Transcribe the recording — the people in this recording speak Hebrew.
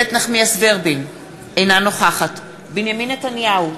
אינה נוכחת בנימין נתניהו,